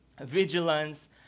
vigilance